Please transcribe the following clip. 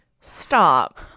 Stop